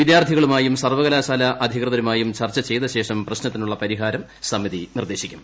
വിദ്യാർത്ഥികളുമായും സർവ്വകലാശാല അധികൃതരുമായും ചർച്ച ചെയ്ത ശേഷം പ്രശ്നത്തിനുള്ള പരിഹാരം സമിതി നിർദ്ദേശിക്കും